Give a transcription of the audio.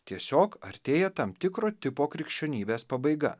tiesiog artėja tam tikro tipo krikščionybės pabaiga